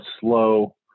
slow